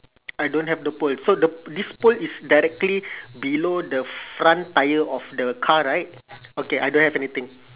I don't have the pole so the this pole is directly below the front tyre of the car right okay I don't have anything